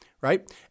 right